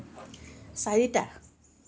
চাৰিটা